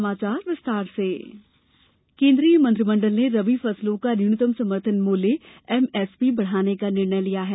समर्थन मूल्य केन्द्रीय मंत्रिमंडल ने रबी फसलों का न्यूनतम समर्थन मूल्य एमएसपी बढ़ाने का निर्णय लिया है